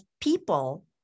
people